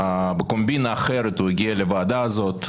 בקומבינה אחרת הוא הגיע לוועדה הזאת,